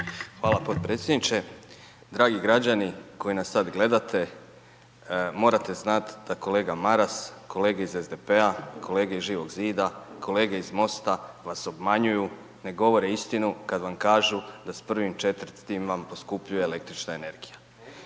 Hvala potpredsjedniče. Dragi građani koji nas gledate morate znat da kolega Maras, kolege iz SDP-a, kolege iz Živog Zida, kolege iz MOST-a, vas obmanjuju, ne govore istinu kad vam kažu da s 1.4. vam poskupljuje električna energija.